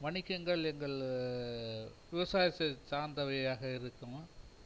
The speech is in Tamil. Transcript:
வணிகங்கள் எங்கள் விவசாயத்தை சார்ந்தவையாக இருக்கும்